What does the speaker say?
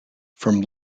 from